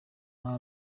nta